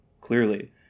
clearly